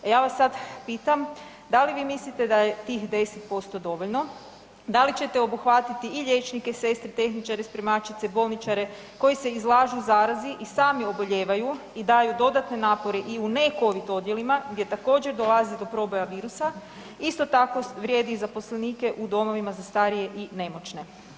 E ja vas sad pitam, da li vi mislite da je tih 10% dovoljno, da li ćete obuhvatiti i liječnike, sestre, tehničare, spremačice, bolničare koji se izlažu zarazi i sami obolijevaju i daju dodatne napore i u ne Covid odjelima gdje također dolazi do proboja virusa, isto tako vrijedi i za zaposlenike i u domovima za starije i nemoćne?